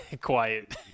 quiet